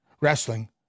wrestling